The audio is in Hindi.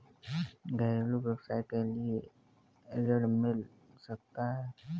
घरेलू व्यवसाय करने के लिए ऋण मिल सकता है?